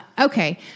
Okay